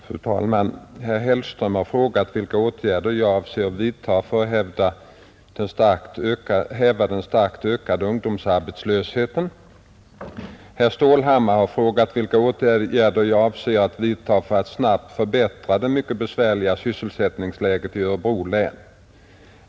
Fru talman! Herr Hellström har frågat vilka åtgärder jag avser att vidta för att häva den starkt ökade ungdomsarbetslösheten. Herr Stålhammar har frågat vilka åtgärder jag avser att vidta för att snabbt förbättra det mycket besvärliga sysselsättningsläget i Örebro län.